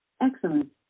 Excellent